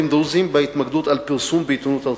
הדרוזיים בהתמקדות על פרסום בעיתונות ארצית.